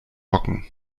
hocken